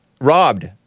robbed